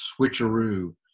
switcheroo